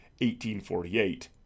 1848